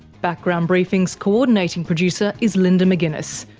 background briefing's coordinating producer is linda mcginness,